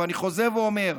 אבל אני חוזר ואומר,